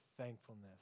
thankfulness